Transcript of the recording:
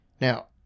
Now